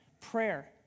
Prayer